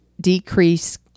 decrease